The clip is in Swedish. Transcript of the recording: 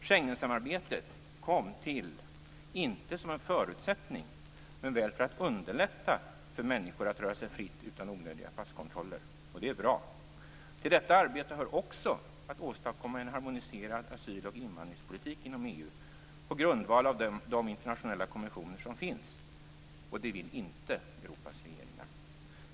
Schengensamarbetet kom inte till som en förutsättning men väl för att underlätta för människor att röra sig fritt utan onödiga passkontroller - och det är bra. Till detta arbete hör också att åstadkomma en harmoniserad asyl och invandringspolitik inom EU på grundval av de internationella konventioner som finns - och det vill inte Europas regeringar.